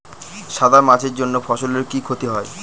সাদা মাছির জন্য ফসলের কি ক্ষতি হয়?